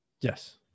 yes